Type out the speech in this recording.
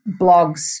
blogs